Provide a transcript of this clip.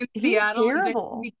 Seattle